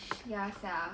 ya sia